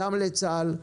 גם לצה"ל,